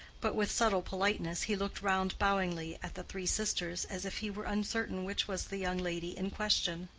but, with subtle politeness, he looked round bowingly at the three sisters as if he were uncertain which was the young lady in question.